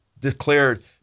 declared